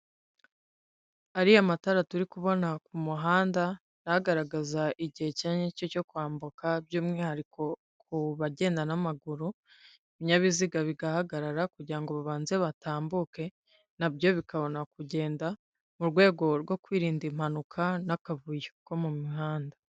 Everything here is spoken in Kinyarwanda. Ariya matara turi kubona ku muhanda, ni agaragaza igihe cya nyacyo cyo kwambuka, by'umwihariko ku bagenda n'amaguru, ibinyabiziga bigahagarara kugira babanze batambuke, nabyo bikabona kugenda, mu rwego rwo kwirinda impanuka n'akavuyo ko mu mihanda.